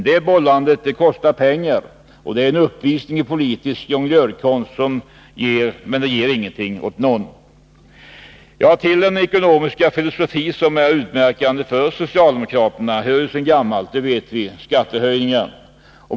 Det bollandet kostar pengar och det är en uppvisning i politisk jonglörkonst, men det ger ingenting åt någon. Till den ekonomiska filosofi som är utmärkande för socialdemokraterna hör— det vet vi sedan gammalt — skattehöjningar.